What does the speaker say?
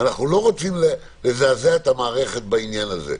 אנחנו לא רוצים לזעזע את המערכת בעניין הזה.